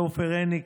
ועופר עיני,